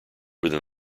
within